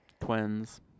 Twins